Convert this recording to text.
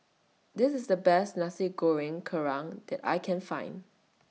This IS The Best Nasi Goreng Kerang that I Can Find